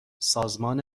سازمان